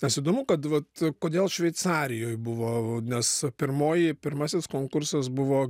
nes įdomu kad vat kodėl šveicarijoj buvo nes pirmoji pirmasis konkursas buvo